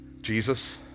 Jesus